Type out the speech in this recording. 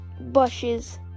bushes